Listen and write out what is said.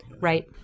Right